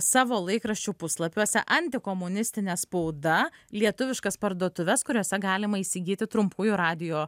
savo laikraščių puslapiuose antikomunistine spauda lietuviškas parduotuves kuriose galima įsigyti trumpųjų radijo